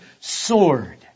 sword